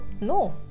no